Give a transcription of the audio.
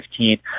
2015